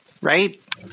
Right